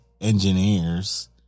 engineers